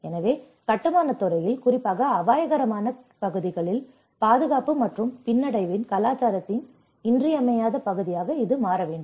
எனவே கட்டுமானத் துறையில் குறிப்பாக அபாயகரமான பகுதிகளில் பாதுகாப்பு மற்றும் பின்னடைவின் கலாச்சாரத்தின் இன்றியமையாத பகுதியாக இது மாற வேண்டும்